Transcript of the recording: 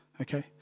Okay